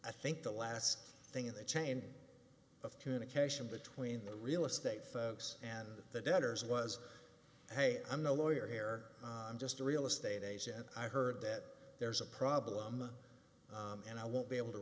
i think the last thing in the chain of communication between the real estate folks and the debtors was hey i'm no lawyer here i'm just a real estate agent i heard that there's a problem and i won't be able to